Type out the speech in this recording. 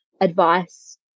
advice